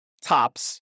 tops